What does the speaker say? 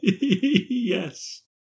Yes